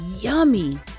yummy